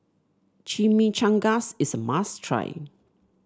chimichangas is a must try